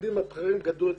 המפקדים הבכירים גדלו אצלי.